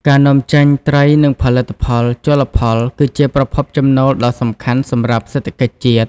ការនាំចេញ ត្រីនិងផលិតផលជលផលគឺជាប្រភពចំណូលដ៏សំខាន់សម្រាប់សេដ្ឋកិច្ចជាតិ។